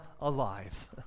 alive